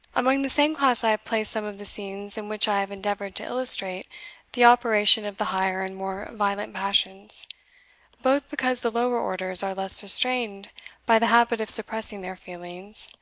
among the same class i have placed some of the scenes in which i have endeavoured to illustrate the operation of the higher and more violent passions both because the lower orders are less restrained by the habit of suppressing their feelings,